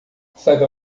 saiba